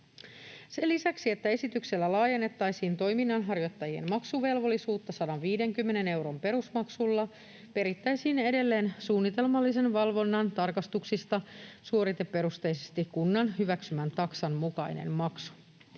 Sen lisäksi, että esityksellä laajennettaisiin toiminnanharjoittajien maksuvelvollisuutta 150 euron perusmaksulla, perittäisiin edelleen suunnitelmallisen valvonnan tarkastuksista suoriteperusteisesti kunnan hyväksymän taksan mukainen maksu.